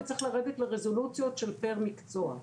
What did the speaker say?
וצריך לרדת לרזולוציות של פר מקצוע.